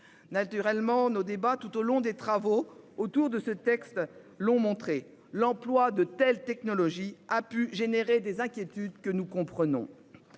naturellement nos débats tout au long des travaux autour de ce texte, l'ont montré l'emploi de telles technologies a pu générer des inquiétudes que nous comprenons.